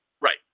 Right